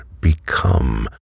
become